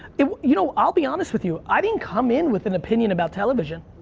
it, you know, i'll be honest with you. i didn't come in with an opinion about television.